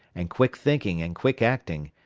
and quick thinking and quick acting,